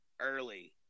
early